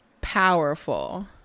Powerful